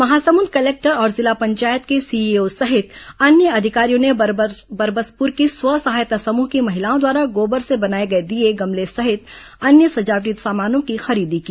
Mahasamund collector और जिला पंचायत के सीईओ सहित अन्य अधिकारियों ने बरबसपुर की स्व सहायता समूह की महिलाओं द्वारा गोबर से बनाए गए दीये गमले सहित अन्य सजावटी सामानों की खरीदी की